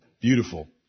Beautiful